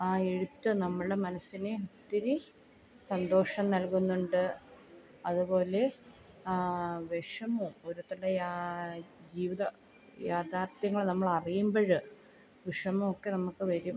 ആ എഴുത്ത് നമ്മുടെ മനസ്സിനെ ഒത്തിരി സന്തോഷം നൽകുന്നുണ്ട് അത്പോലെ വിഷമവും ഓരോരുത്തരുടെ ജീവിത യാഥാർഥ്യങ്ങൾ നമ്മൾ അറിയുമ്പോൾ വിഷമമൊക്കെ നമുക്ക് വരും